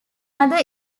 other